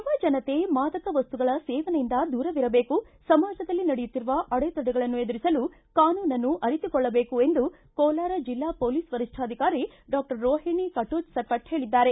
ಯುವ ಜನತೆ ಮಾದಕ ವಸ್ತುಗಳ ಸೇವನೆಯಿಂದ ದೂರವಿರಬೇಕು ಸಮಾಜದಲ್ಲಿ ನಡೆಯುತ್ತಿರುವ ಅಡೆತಡೆಗಳನ್ನು ಎದುರಿಸಲು ಕಾನೂನನ್ನು ಅರಿತುಕೊಳ್ಳಬೇಕು ಎಂದು ಕೋಲಾರ ಜಿಲ್ಲಾ ಪೊಲೀಸ್ ವರಿಷ್ಟಾಧಿಕಾರಿ ಡಾಕ್ಟರ್ ರೋಹಿಣಿ ಕಟೋಚ್ ಸೆಪಟ್ ಹೇಳಿದ್ದಾರೆ